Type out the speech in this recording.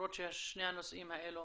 למרות ששני הנושאים האלה,